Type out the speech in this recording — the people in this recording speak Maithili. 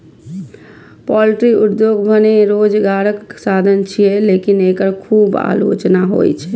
पॉल्ट्री उद्योग भने रोजगारक साधन छियै, लेकिन एकर खूब आलोचना होइ छै